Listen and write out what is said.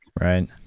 Right